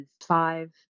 five